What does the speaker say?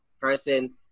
person